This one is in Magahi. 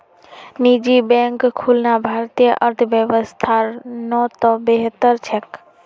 निजी बैंक खुलना भारतीय अर्थव्यवस्थार त न बेहतर छेक